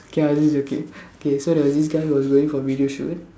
K I was just joking K so there was this guy who was going for video shoot